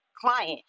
client